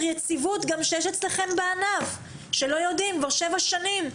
היציבות שיש אצלכם בענף שקיים כבר שבע שנים.